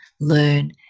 learn